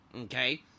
okay